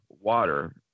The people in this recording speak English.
water